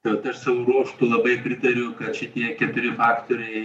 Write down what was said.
tad aš savo ruožtu labai pritariu kad šitie keturi faktoriai